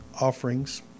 offerings